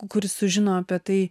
kuris sužino apie tai